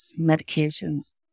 medications